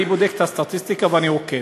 אני בודק את הסטטיסטיקה ואני עוקב,